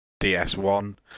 DS1